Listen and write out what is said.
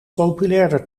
populairder